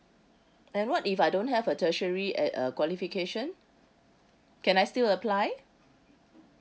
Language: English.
and what if I don't have a tertiary ed~ uh qualification can I still apply